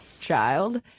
child